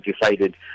decided